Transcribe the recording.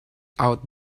out